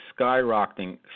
skyrocketing